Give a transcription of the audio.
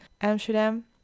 Amsterdam